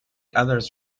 others